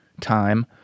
time